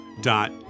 dot